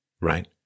right